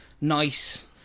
nice